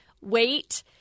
wait